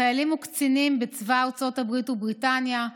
חיילים וקצינים בצבא ארצות הברית ובריטניה,